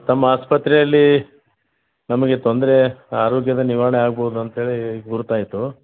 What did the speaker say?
ತಮ್ಮ ಆಸ್ಪತ್ರೆಯಲ್ಲಿ ನಮಗೆ ತೊಂದರೆ ಆರೋಗ್ಯದ ನಿವಾರಣೆ ಆಗ್ಬೋದು ಅಂತ್ಹೇಳಿ ಗೊತ್ತಾಯ್ತು